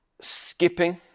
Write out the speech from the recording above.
Skipping